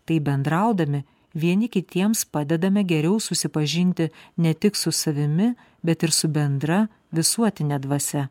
taip bendraudami vieni kitiems padedame geriau susipažinti ne tik su savimi bet ir su bendra visuotine dvasia